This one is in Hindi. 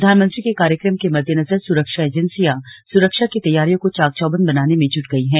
प्रधानमंत्री के कार्यक्रम के मद्देनजर सुरक्षा एजेंसियां सुरक्षा की तैयारियों को चाक चौबंद बनाने में जुट गई हैं